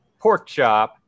Porkchop